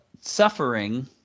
suffering